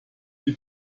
die